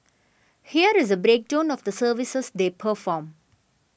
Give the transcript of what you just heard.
here is a breakdown of the services they perform